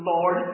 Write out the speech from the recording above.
Lord